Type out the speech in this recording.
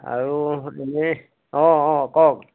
আৰু তেনে অঁ অঁ কওক